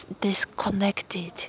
disconnected